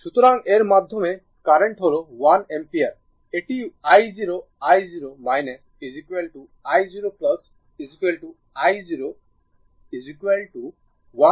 সুতরাং এর মাধ্যমে কারেন্ট হল 1 অ্যাম্পিয়ারএটি i0 i0 i0 i0 1 ampere